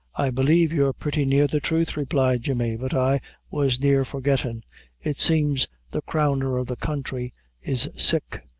i believe you're purty near the truth, replied jemmy, but i was near forgettin' it seems the crowner of the country is sick,